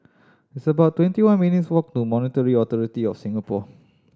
it's about twenty one minutes' walk to Monetary Authority Of Singapore